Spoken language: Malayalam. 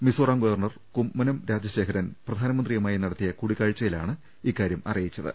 മിസോറാം ഗവർണർ കുമ്മനം രാജശേഖരൻ പ്രധാനമന്ത്രിയുമായി നടത്തിയ കൂടിക്കാഴ്ച്ചയിലാണ് ഇക്കാര്യം അറിയിച്ചത്